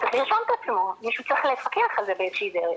צריך לרשום את עצמו' מישהו צריך לפקח על זה באיזו שהיא דרך.